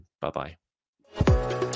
Bye-bye